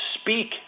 speak